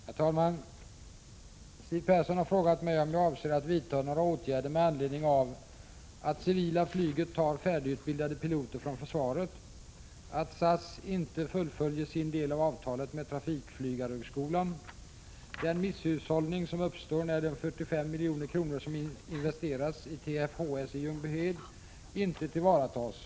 Herr talman! Siw Persson har frågat mig om jag avser att vidta några åtgärder med anledning av —- att det civila flyget tar färdigutbildade piloter från försvaret, = den misshushållning som uppstår när de 45 milj.kr. som investerats i TFHS i Ljungbyhed inte tillvaratas.